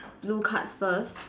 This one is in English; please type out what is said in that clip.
blue cards first